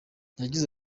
yagize